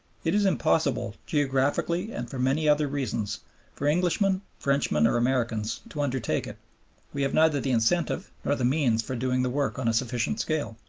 it is impossible geographically and for many other reasons for englishmen, frenchmen, or americans to undertake it we have neither the incentive nor the means for doing the work on a sufficient scale.